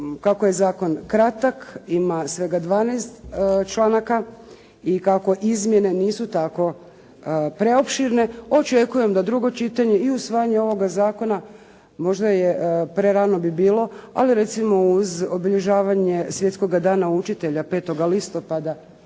kako je zakon kratak ima svega 12 članaka i kako izmjene nisu tako preopširne očekujem da drugo čitanje i usvajanje ovoga zakona možda je prerano bi bilo ali recimo uz obilježavanje Svjetskoga dana učitelja 5. listopada